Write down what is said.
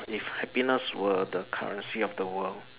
if happiness were the currency of the world